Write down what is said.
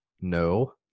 No